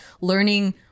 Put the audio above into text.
learning